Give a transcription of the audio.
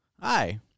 hi